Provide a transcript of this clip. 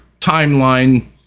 timeline